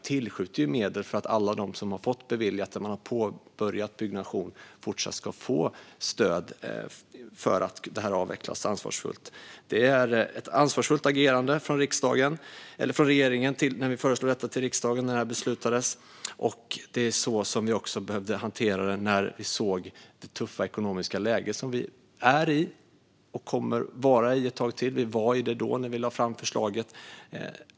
Vi tillskjuter ju medel för att alla som har fått stöd beviljat och har påbörjat byggnation fortsatt ska få stöd när det avvecklas. Det var ett ansvarsfullt agerande från regeringen när vi föreslog detta för riksdagen och det beslutades. Det var också så vi behövde hantera det när vi såg det tuffa ekonomiska läge vi är i och kommer att vara i ett tag till. Vi var i det då, när vi lade fram förslaget.